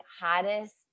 hottest